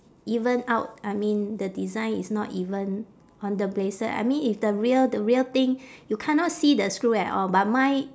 even out I mean the design is not even on the bracelet I mean if the real the real thing you cannot see the screw at all but mine